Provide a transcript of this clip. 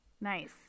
Nice